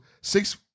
six